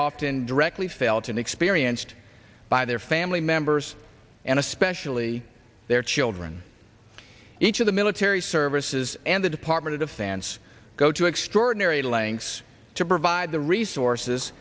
often directly fail to experienced by their family members and especially their children each of the military services and the department of defense go to extraordinary lengths to provide the resources